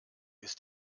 ist